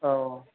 औ